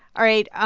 all right. ah